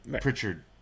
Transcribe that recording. Pritchard